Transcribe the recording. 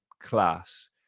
class